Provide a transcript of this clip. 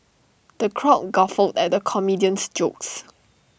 the crowd guffawed at the comedian's jokes